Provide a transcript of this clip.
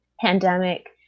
pandemic